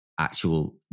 actual